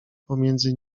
pomiędzy